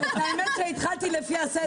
האמת שהתחלתי לפי הסדר.